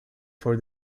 for